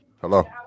Hello